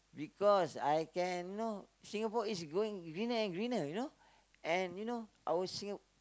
because I can you know Singapore is going greener and greener you know and you know our Singa~